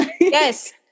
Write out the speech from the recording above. Yes